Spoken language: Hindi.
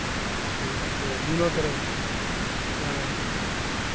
अच्छा बीमा कराने हाँ